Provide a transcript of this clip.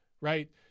right